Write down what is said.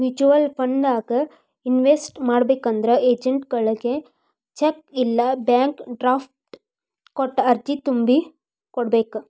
mutual ಫಂಡನ್ಯಾಗ invest ಮಾಡ್ಬೇಕಂದ್ರ ಏಜೆಂಟ್ಗಳಗಿ ಚೆಕ್ ಇಲ್ಲಾ ಬ್ಯಾಂಕ್ ಡ್ರಾಫ್ಟ್ ಕೊಟ್ಟ ಅರ್ಜಿ ತುಂಬಿ ಕೋಡ್ಬೇಕ್